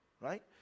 Right